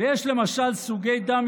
ויש למשל סוגי דם,